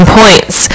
points